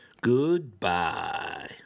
Goodbye